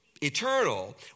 eternal